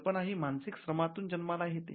कल्पना ही मानसिक श्रमातून जन्माला येते